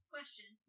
Question